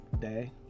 day